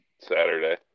Saturday